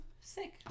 sick